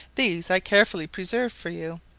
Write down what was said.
these i carefully preserved for you,